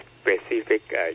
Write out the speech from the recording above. specific